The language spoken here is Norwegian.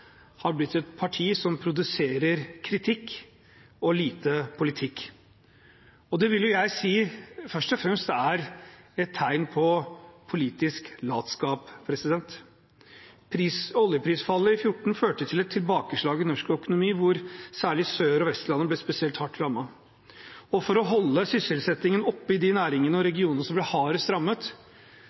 er et tegn på politisk latskap. Oljeprisfallet i 2014 førte til et tilbakeslag i norsk økonomi, hvor særlig Sør- og Vestlandet ble spesielt hardt rammet. For å holde sysselsettingen oppe i næringene og regionene som ble hardest rammet,